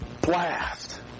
blast